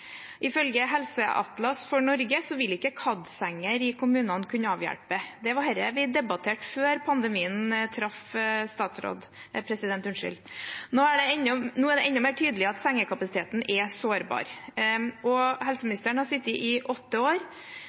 Ifølge Helseatlas for Norge vil ikke KAD-senger i kommunene kunne avhjelpe. Det var dette vi debatterte før pandemien traff. Nå er det enda mer tydelig at sengekapasiteten er sårbar. Helseministeren har sittet i åtte år.